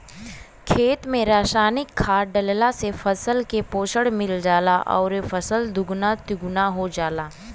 खेत में रासायनिक खाद डालले से फसल के पोषण मिल जाला आउर फसल दुगुना तिगुना हो जाला